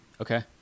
Okay